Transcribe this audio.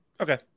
Okay